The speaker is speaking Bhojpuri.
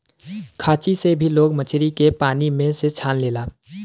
खांची से भी लोग मछरी के पानी में से छान लेला